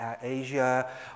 Asia